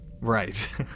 Right